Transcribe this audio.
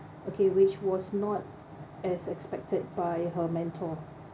okay which was not as expected by her mentor(uh)